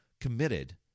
committed